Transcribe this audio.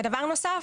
ודבר נוסף,